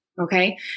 Okay